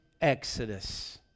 Exodus